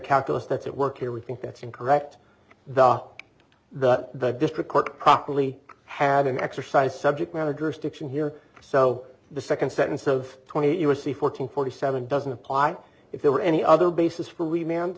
calculus that's at work here we think that's incorrect the that the district court properly have an exercise subject manager stiction here so the second sentence of twenty eight u s c fourteen forty seven doesn't apply if there were any other basis for